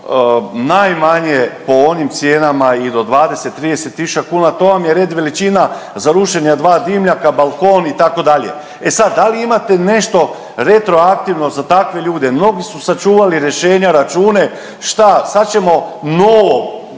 najmanje po onim cijenama i do 20, 30.000 kuna, to vam je red veličina za rušenje dva dimnjaka, balkon itd., e sad da li imate nešto retroaktivno za takve ljude? Mnogi su sačuvali rješenja, račune, šta sad ćemo novo